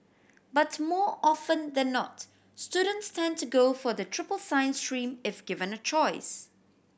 but more often than not students tend to go for the triple science stream if given a choice